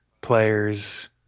players